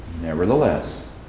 Nevertheless